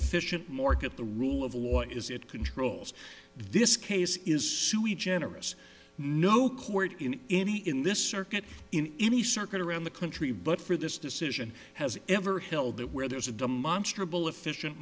efficient market the rule of law is it controls this case is sui generous no court in any in this circuit in any circuit around the country but for this decision has ever held that where there's a demonstrably efficient